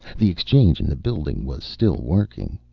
the exchange in the building was still working.